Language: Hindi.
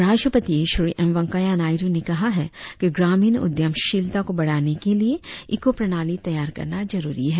उपराष्ट्रपति श्री एम वेंकैया नायड् ने कहा है कि ग्रामीण उद्यमशीलता को बढ़ाने के लिये इको प्रणाली तैयार करना जरुरी है